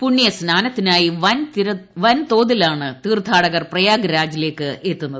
പുണ്യസ്നാനത്തിനായി വൻതോതിലാണ് തീർത്ഥാട കർ പ്രയാഗ്രാജിലേക്ക് എത്തുന്നത്